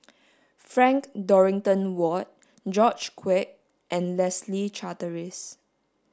Frank Dorrington Ward George Quek and Leslie Charteris